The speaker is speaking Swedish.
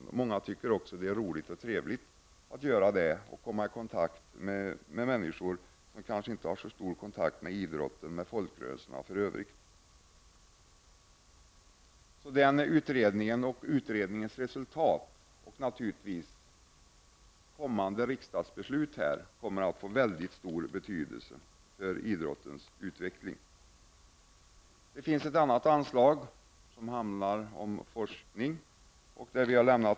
I många föreningar tycker man också att det är roligt och trevligt att göra det, eftersom man då kommer i kontakt med människor, som i övrigt inte har så stora kontakter med idrotten eller andra folkrörelser. Resultatet av den utredningen och kommande riksdagsbeslut kommer att få mycket stor betydelse för idrottens utveckling. Ett annat anslag som behandlas i detta betänkande gäller forskning.